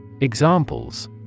Examples